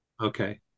Okay